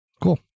Cool